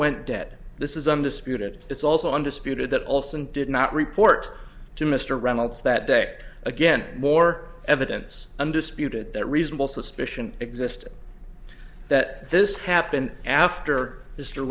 went dead this is undisputed it's also undisputed that also and did not report to mr reynolds that day again more evidence undisputed that reasonable suspicion exists that this happened after